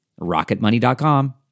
rocketmoney.com